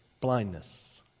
blindness